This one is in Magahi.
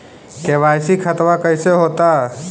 के.वाई.सी खतबा कैसे होता?